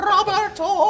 Roberto